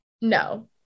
No